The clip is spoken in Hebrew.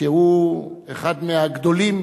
שהוא אחד מהגדולים